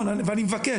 ואני מבקש,